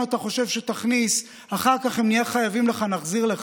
שאתה חושב שתכניס ואחר כך אם נהיה חייבים לך נחזיר לך,